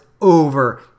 over